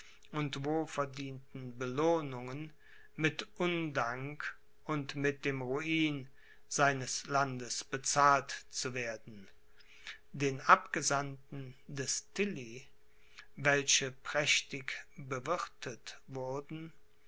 und wohlverdienten belohnungen mit undank und mit dem ruin seines landes bezahlt zu werden den abgesandten des tilly welche prächtig bewirthet wurden